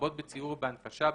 לרבות בציור או בהנפשה,